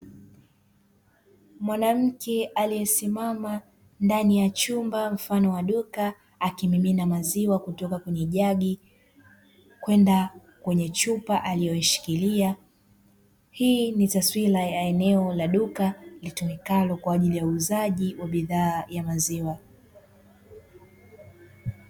Mwanamke aliyesimama ndani ya chumba mfano wa duka akimimina maziwa kutoka kwenye jagi kwenda kwenye chupa aliyoshikilia, hii ni taswira ya eneo la duka litumikalo kwa ajili ya uuzaji wa bidhaa ya maziwa.